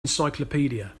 encyclopedia